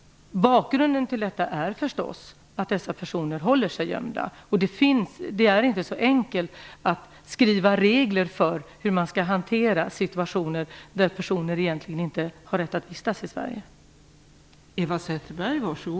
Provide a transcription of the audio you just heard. Bakgrunden är naturligtvis att det finns personer som håller sig gömda. Det är inte så enkelt att skriva regler för hur man skall hantera sådana situationer där personer egentligen inte har rätt att vistas i Sverige.